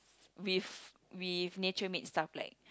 with with nature made stuff like